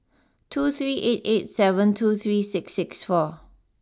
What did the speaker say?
two three eight eight seven two three six six four